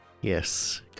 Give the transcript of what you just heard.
Yes